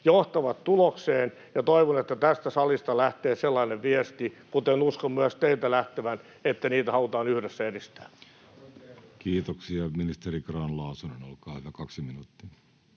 johtavat tulokseen, ja toivon, että tästä salista lähtee sellainen viesti, kuten uskon myös teiltä lähtevän, että niitä halutaan yhdessä edistää. [Speech 150] Speaker: Jussi Halla-aho Party: